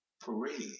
parade